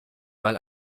mal